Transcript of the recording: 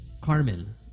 Carmen